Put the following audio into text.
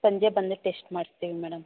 ಸಂಜೆ ಬಂದು ಟೆಸ್ಟ್ ಮಾಡಿಸ್ತೀವಿ ಮೇಡಮ್